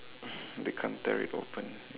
they can't tear it open